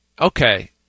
okay